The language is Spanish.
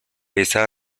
esa